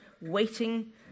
waiting